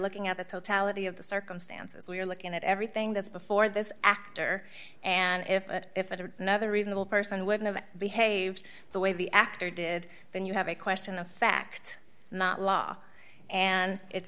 looking at the totality of the circumstances we're looking at everything that's before this actor and if it if it were another reasonable person wouldn't have behaved the way the actor did then you have a question of fact not law and it's